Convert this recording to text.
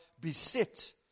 beset